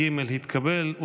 2023,